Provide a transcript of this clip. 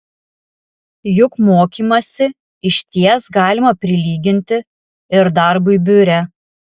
juk mokymąsi išties galima prilyginti ir darbui biure